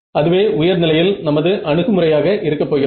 அதுவே உயர் நிலையில் நமது அணுகுமுறையாக இருக்க போகிறது